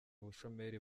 ubushomeri